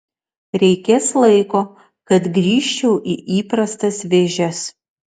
reikės laiko kad grįžčiau į įprastas vėžes